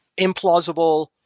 implausible